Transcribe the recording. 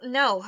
no